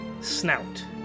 snout